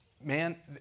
man